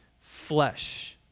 flesh